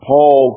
Paul